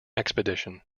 expedition